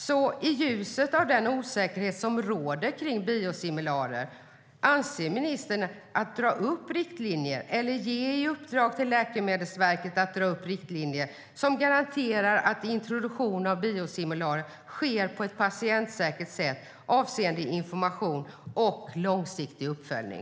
Så i ljuset av den osäkerhet som råder kring biosimilarer undrar jag: Avser ministern att dra upp riktlinjer, eller ge i uppdrag till Läkemedelsverket att dra upp riktlinjer, som garanterar att introduktion av biosimilarer sker på ett patientsäkert sätt avseende information och långsiktig uppföljning?